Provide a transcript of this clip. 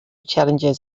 challenges